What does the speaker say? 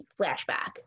flashback